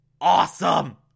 awesome